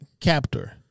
captor